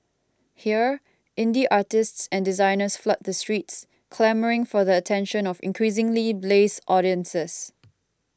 here indie artists and designers flood the streets clamouring for the attention of increasingly blase audiences